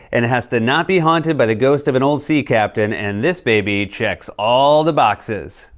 and it has to not be haunted by the ghost of an old sea captain. and this baby checks all the boxes.